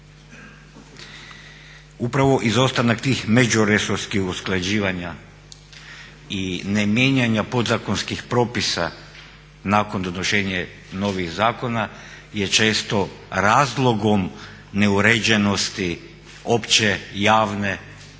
Upravo izostanak tih međuresorskih usklađivanja i ne mijenjanja podzakonskih propisa nakon donošenja novih zakona je često razlogom neuređenosti opće javne državne